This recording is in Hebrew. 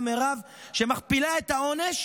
שמכפילה את העונש,